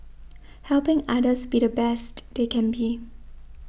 helping others be the best they can be